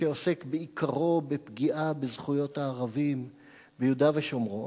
שעוסק בעיקרו בפגיעה בזכויות האדם ביהודה ושומרון,